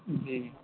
جی